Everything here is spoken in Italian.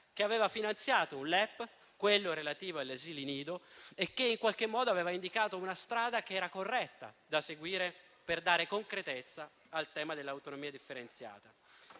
che aveva finanziato un LEP, quello relativo agli asili nido, e che in qualche modo aveva indicato una strada che era corretta da seguire per dare concretezza al tema dell'autonomia differenziata.